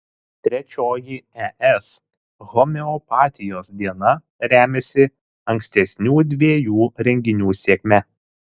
trečioji es homeopatijos diena remiasi ankstesnių dviejų renginių sėkme